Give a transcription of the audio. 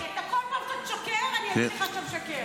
כל פעם שאתה תשקר, אני אגיד לך שאתה משקר.